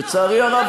לצערי הרב,